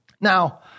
Now